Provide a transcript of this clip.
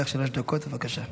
לרשותך שלוש דקות, בבקשה.